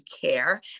care